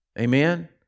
Amen